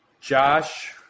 Josh